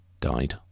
Died